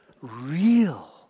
real